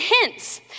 hints